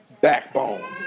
backbone